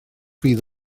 fydd